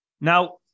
Now